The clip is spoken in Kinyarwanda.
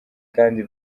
kandi